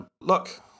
look